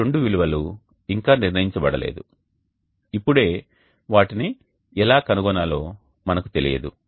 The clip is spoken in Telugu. ఈ రెండు విలువలు ఇంకా నిర్ణయించబడలేదు ఇప్పుడే వాటిని ఎలా కనుగొనాలో మనకు తెలియదు